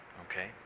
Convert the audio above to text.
okay